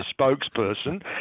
spokesperson